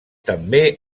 també